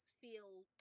feel